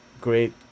great